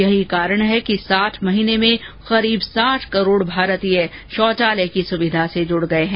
यही कारण है कि साठ महीने में करीब साठ करोड़ भारतीय शौचालय की सुविधा से जुड़ गये हैं